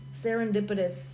serendipitous